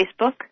Facebook